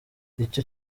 icyo